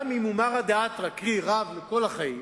גם אם הוא מרא דאתרא, קרי, רב לכל החיים,